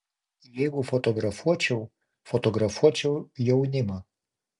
jeigu fotografuočiau fotografuočiau jaunimą